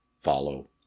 follow